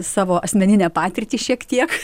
savo asmeninę patirtį šiek tiek